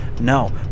no